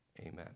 Amen